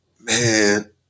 man